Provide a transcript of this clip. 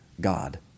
God